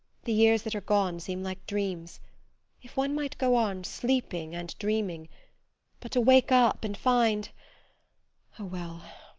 the years that are gone seem like dreams if one might go on sleeping and dreaming but to wake up and find oh! well!